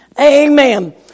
Amen